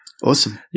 Awesome